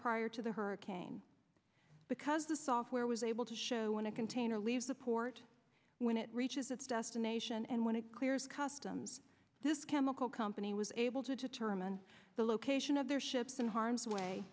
prior to the hurricane because the software was able to show when a container leaves the port when it reaches its destination and when it clears customs this chemical company was able to determine the location of their ships in harms way